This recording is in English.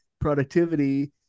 productivity